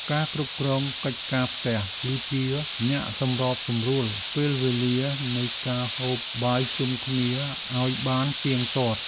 អ្នកគ្រប់គ្រងកិច្ចការផ្ទះ គឺជាអ្នកសម្របសម្រួលពេលវេលានៃការហូបបាយជុំគ្នាឱ្យបានទៀងទាត់។